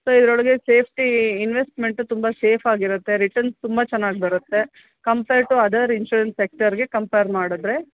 so ಇದರೊಳಗೆ safety investment ತುಂಬ ಸೇಫಾಗಿರತ್ತೆ ರಿಟರ್ನ್ಸ್ ತುಂಬ ಚೆನ್ನಾಗಿ ಬರುತ್ತೆ ಕಂಪೇರ್ ಟು ಅದರ್ ಇನ್ಶೂರೆನ್ಸ್ ಸೆಕ್ಟರ್ಗೆ ಕಂಪೇರ್ ಮಾಡಿದ್ರೆ